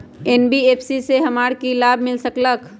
NBFC से हमार की की लाभ मिल सक?